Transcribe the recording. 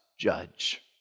judge